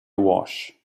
wash